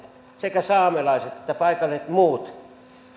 sekä saamelaiset että muut paikalliset